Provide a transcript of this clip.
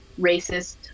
racist